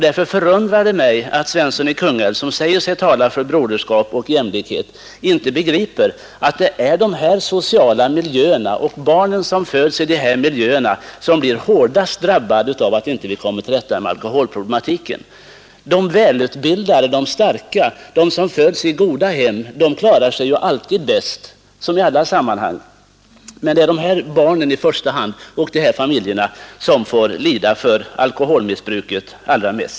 Därför förundrar det mig att herr Svensson i Kungälv, som säger sig tala för broderskap och jämlikhet, inte begriper att det är de här sociala miljöerna och de barn som föds i dessa miljöer som blir hårdast drabbade av att vi inte kommer till rätta med alkoholproblematiken. De välutbildade, de starka, de som föds i goda hem klarar sig alltid bäst i alla sammanhang. Men det är de här barnen och deras familjer i första hand som allra mest får lida för alkoholmissbruket.